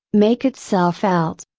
make itself felt.